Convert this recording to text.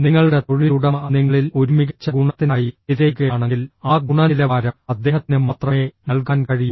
നിങ്ങളുടെ തൊഴിലുടമ നിങ്ങളിൽ ഒരു മികച്ച ഗുണത്തിനായി തിരയുകയാണെങ്കിൽ ആ ഗുണനിലവാരം അദ്ദേഹത്തിന് മാത്രമേ നൽകാൻ കഴിയൂ